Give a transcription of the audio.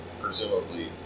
presumably